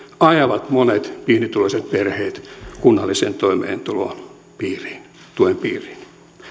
ajavat monet pienituloiset perheet kunnallisen toimeentulotuen piiriin